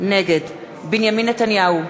נגד בנימין נתניהו,